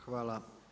Hvala.